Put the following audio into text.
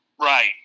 Right